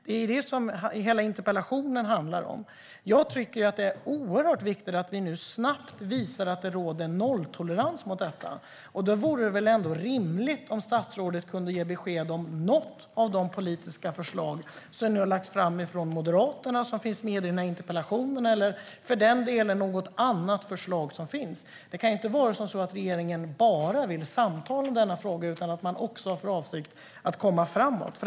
Det är det som hela interpellationen handlar om. Jag tycker att det är oerhört viktigt att vi nu snabbt visar att det råder nolltolerans mot detta. Då vore det väl ändå rimligt om statsrådet kunde ge besked om något av de politiska förslag som har lagts fram från Moderaterna, som finns med i interpellationen eller i något annat förslag. Det kan ju inte vara så att regeringen bara vill samtala om denna fråga, utan man måste ju också ha för avsikt att komma framåt.